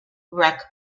wreck